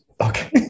okay